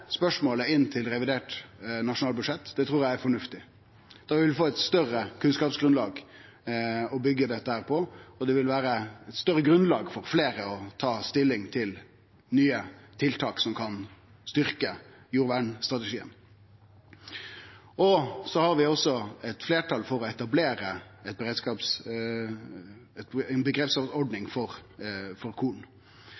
spørsmålet inn til revidert nasjonalbudsjett, trur eg er fornuftig. Da vil vi få eit større kunnskapsgrunnlag å byggje dette på, og det vil vere eit større grunnlag for fleira til å ta stilling til nye tiltak som kan styrkje strategien for jordvern. Vi har også eit fleirtal for å etablere